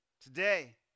Today